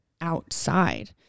outside